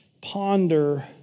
ponder